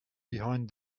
behind